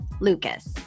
Lucas